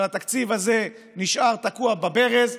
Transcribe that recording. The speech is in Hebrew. אבל התקציב הזה נשאר תקוע בברז.